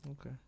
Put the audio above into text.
Okay